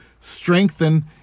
strengthen